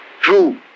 true